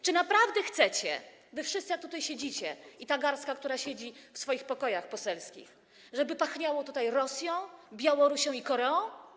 Czy naprawdę chcecie, wszyscy, jak tutaj siedzicie, i ta garstka, która siedzi w swoich pokojach poselskich, żeby pachniało tutaj Rosją, Białorusią i Koreą?